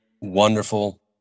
Wonderful